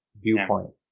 viewpoint